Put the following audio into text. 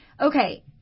okay